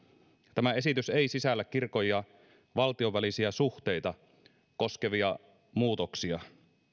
tämä esitys ei sisällä kirkon ja valtion välisiä suhteita koskevia muutoksia